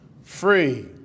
free